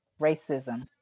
racism